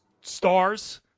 stars